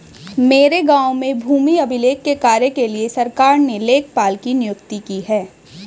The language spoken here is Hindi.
मेरे गांव में भूमि अभिलेख के कार्य के लिए सरकार ने लेखपाल की नियुक्ति की है